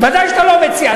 בוודאי שאתה לא מציע.